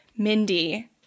Mindy